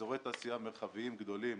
אזורי תעשייה מרחביים גדולים